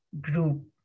group